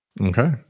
Okay